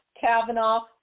Kavanaugh